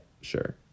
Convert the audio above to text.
Sure